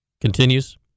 continues